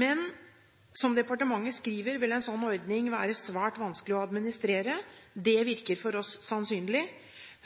Men en slik ordning vil, som departementet skriver, være svært vanskelig å administrere. Det virker for oss sannsynlig.